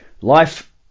life